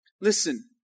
Listen